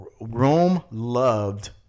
Rome-loved